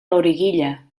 loriguilla